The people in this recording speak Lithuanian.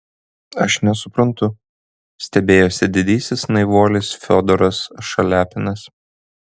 aš nesuprantu stebėjosi didysis naivuolis fiodoras šaliapinas